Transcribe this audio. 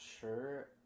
sure